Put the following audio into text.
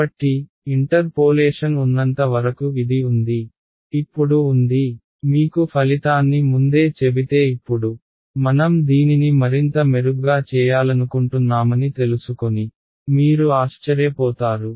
కాబట్టి ఇంటర్పోలేషన్ ఉన్నంత వరకు ఇది ఉంది ఇప్పుడు ఉంది మీకు ఫలితాన్ని ముందే చెబితే ఇప్పుడు మనం దీనిని మరింత మెరుగ్గా చేయాలనుకుంటున్నామని తెలుసుకొని మీరు ఆశ్చర్యపోతారు